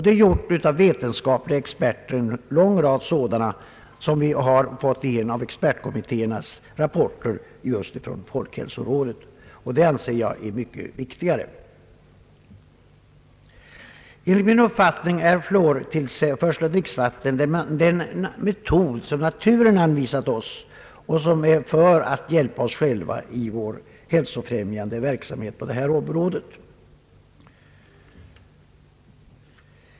Detta har uttalats av en lång rad experter i en rapport från folkhälsorådet; detta är mycket viktigare. Enligt min uppfattning är tillsättande av fluor i dricksvattnet den metod som naturen har anvisat oss för att hjälpa oss själva i vår hälsofrämjande verksamhet på detta område.